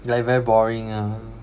like very boring ah